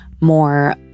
more